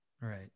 Right